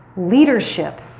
leadership